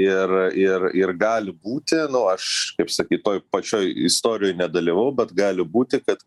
ir ir ir gali būti nu aš kaip sakyt toj pačioj istorijoj nedalyvau bet gali būti kad